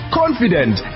confident